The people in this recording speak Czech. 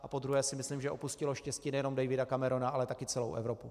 A podruhé si myslím, že opustilo štěstí nejenom Davida Camerona, ale taky celou Evropu.